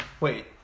Wait